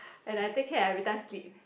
and I take cab I every time sleep